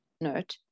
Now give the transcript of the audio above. note